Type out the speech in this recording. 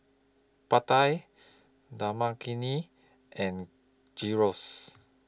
Pad Thai Dal Makhani and Gyros